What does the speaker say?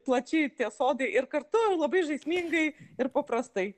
plačiai tie sodai ir kartu ir labai žaismingai ir paprastai